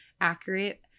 accurate